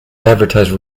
advertise